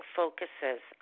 focuses